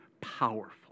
powerful